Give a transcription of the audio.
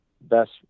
best